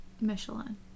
michelin